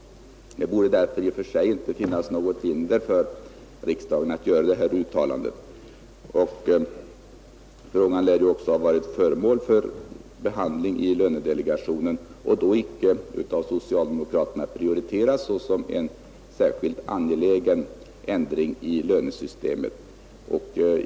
Det borde därför i och för sig inte finnas något hinder för riksdagen att göra detta uttalande. Frågan lär också ha varit föremål för behandling i lönedelegationen och då icke av socialdemokraterna ha prioriterats såsom en särskilt angelägen ändring i lönesystemet.